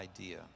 idea